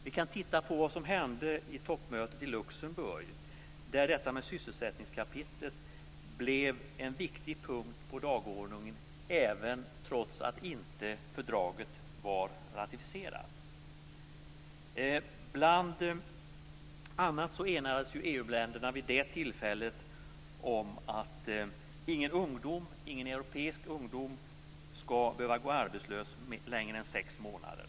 Vi kan titta närmare på vad som hände under toppmötet i Luxemburg, där sysselsättningskapitlet blev en viktig punkt på dagordningen, trots att fördraget inte var ratificerat. Bl.a. enades EU länderna vid det tillfället om att ingen europeisk ungdom skall behöva gå arbetslös mer än sex månader.